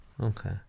Okay